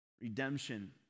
redemption